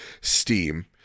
Steam